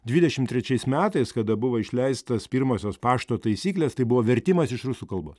dvidešim trečiais metais kada buvo išleistas pirmosios pašto taisyklės tai buvo vertimas iš rusų kalbos